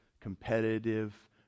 competitive